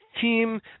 team